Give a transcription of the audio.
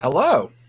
Hello